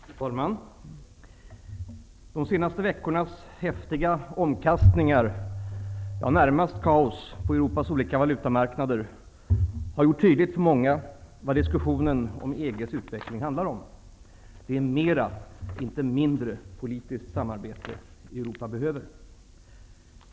Fru talman! De senaste veckornas häftiga omkastningar, närmast ett kaos, på Europas olika valutamarknader, har gjort tydligt för många vad diskussionen om EG:s utveckling handlar om. Det är mera, inte mindre, politiskt samarbete Europa behöver.